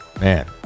Man